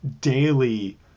daily